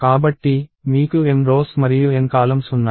కాబట్టి మీకు m rows మరియు n కాలమ్స్ ఉన్నాయి